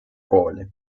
kooli